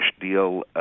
deal